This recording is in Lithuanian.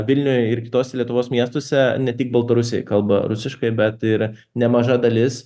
vilniuj ir kitos lietuvos miestuose ne tik baltarusiai kalba rusiškai bet ir nemaža dalis